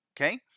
Okay